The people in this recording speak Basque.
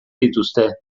dituzte